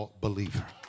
believer